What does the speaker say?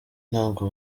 ntabwo